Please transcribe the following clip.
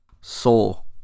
Soul